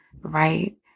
right